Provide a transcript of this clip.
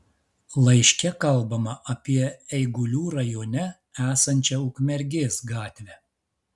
laiške kalbama apie eigulių rajone esančią ukmergės gatvę